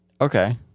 Okay